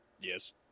Yes